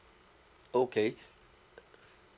okay